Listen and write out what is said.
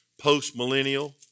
post-millennial